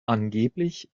angeblich